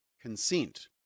consent